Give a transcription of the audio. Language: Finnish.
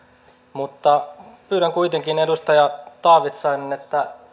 mutta pyydän kuitenkin edustaja taavitsainen